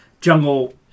Jungle